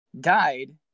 died